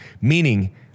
meaning